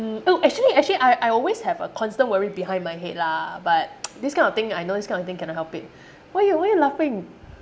mm oh actually actually I I always have a constant worry behind my head lah but this kind of thing I know this kind of thing cannot help it why you why you laughing